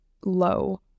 low